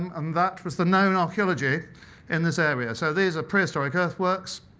um um that was the known archeology in this area. so these are prehistoric earth works.